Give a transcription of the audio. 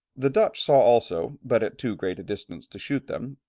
the dutch saw also, but at too great a distance to shoot them,